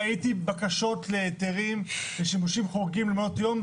ראיתי בקשות להיתרים לשימושים חורגים למעונות יום,